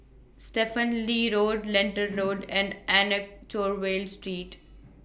Stephen Lee Road Lentor Road and Anchorvale Street